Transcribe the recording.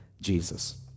Jesus